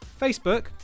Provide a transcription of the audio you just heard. Facebook